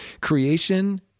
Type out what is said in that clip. creation